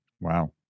Wow